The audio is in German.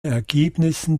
ergebnissen